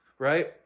Right